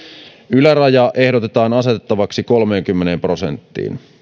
yläraja ehdotetaan asetettavaksi kolmeenkymmeneen prosenttiin